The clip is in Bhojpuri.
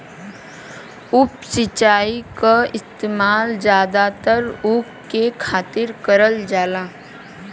उप सिंचाई क इस्तेमाल जादातर ऊख के खातिर करल जाला